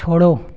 छोड़ो